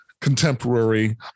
contemporary